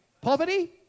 poverty